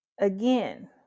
Again